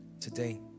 today